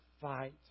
fight